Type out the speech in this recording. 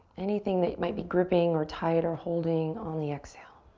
anything that might be gripping or tight or holding on the exhale.